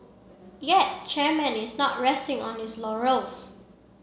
yet chairman is not resting on his laurels